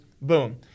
boom